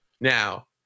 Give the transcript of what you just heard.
Now